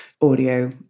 audio